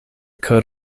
coat